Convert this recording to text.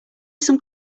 some